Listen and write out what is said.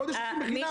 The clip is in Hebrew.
קודש זה בחינם.